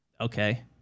okay